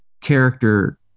character